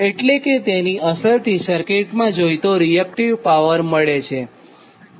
એટલે કે તેની અસરથી સર્કીટમાં જોઇતો રીએક્ટીવ પાવર મળે છે